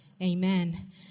Amen